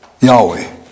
Yahweh